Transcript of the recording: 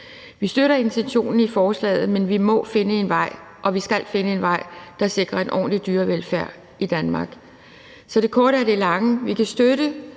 Vi støtter intentionen i forslaget, men vi må og skal finde en vej, der sikrer en ordentlig dyrevelfærd i Danmark. Så det korte af det lange er, at vi kan støtte